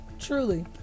Truly